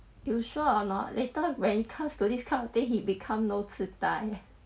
you sure or not later when it comes to this kind of thing he become no 痴呆